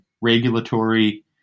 regulatory